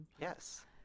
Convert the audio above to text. Yes